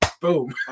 boom